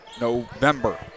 November